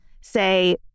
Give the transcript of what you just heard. say